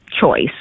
choice